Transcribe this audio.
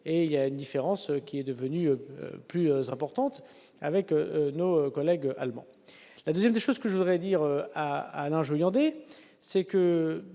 et il y a une différence qui est devenue plus importante avec nos collègues allemands, la 2ème, chose que je voudrais dire à Alain Joyandet, c'est que